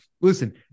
listen